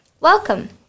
Welcome